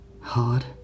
hard